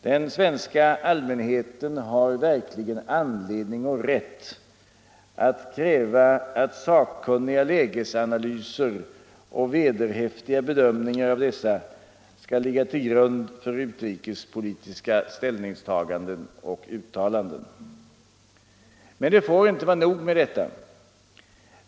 Den svenska allmänheten har verkligen anledning och rätt att kräva att sakkunniga lägesanalyser och vederhäftiga bedömningar av dessa skall ligga till grund för utrikespolitiska ställningstaganden och uttalanden. Men det får inte vara nog med detta.